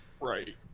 Right